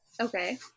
okay